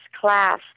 class